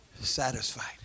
satisfied